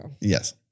Yes